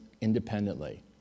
independently